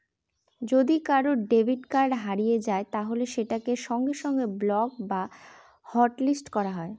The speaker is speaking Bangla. যদি কারুর ডেবিট কার্ড হারিয়ে যায় তাহলে সেটাকে সঙ্গে সঙ্গে ব্লক বা হটলিস্ট করা যায়